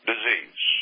disease